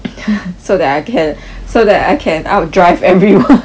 so that I can so that I can outdrive everyone